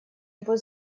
его